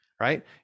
right